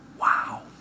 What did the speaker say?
wow